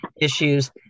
issues